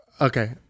Okay